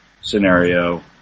scenario